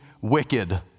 wicked